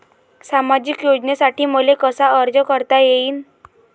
सामाजिक योजनेसाठी मले कसा अर्ज करता येईन?